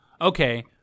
Okay